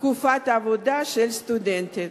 תקופת העבודה של סטודנטית.